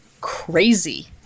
crazy